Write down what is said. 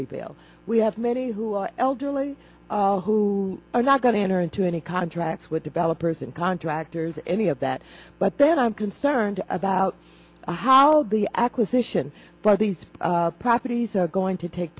reveal we have many who are elderly who are not going to enter into any contracts with developers and contractors any of that but then i'm concerned about how the acquisition for these properties are going to take